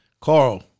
Carl